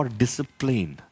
discipline